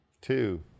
two